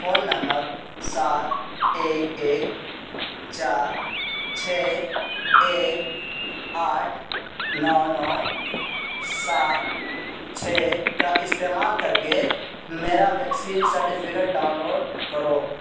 phone number سات ایک ایک چار چھ ایک آٹھ نو نو سات چھ کا استعمال کر کے میرا ویکسین سرٹیفکیٹ ڈاؤن لوڈ کرو